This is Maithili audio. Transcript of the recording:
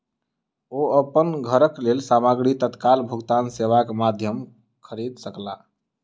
ओ अपन घरक लेल सामग्री तत्काल भुगतान सेवा के माध्यम खरीद सकला